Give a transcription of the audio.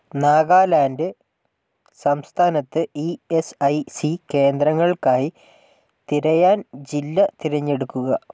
നാഗാലാൻഡ് സംസ്ഥാനത്ത് E S I C കേന്ദ്രങ്ങൾക്കായി തിരയാൻ ജില്ല തിരഞ്ഞെടുക്കുക